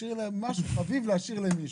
תשאיר משהו, חביב להשאיר למישהו.